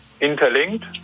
interlinked